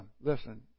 listen